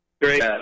Great